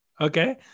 Okay